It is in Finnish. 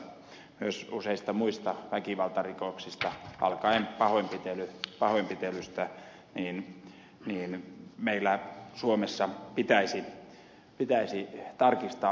myös useissa muissa väkivaltarikoksissa alkaen pahoinpitelystä meillä suomessa pitäisi tarkistaa lainkäyttöä